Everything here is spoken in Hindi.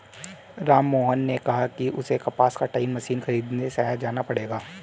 राममोहन ने कहा कि उसे कपास कटाई मशीन खरीदने शहर जाना पड़ेगा